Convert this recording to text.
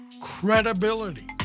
Credibility